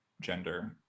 gender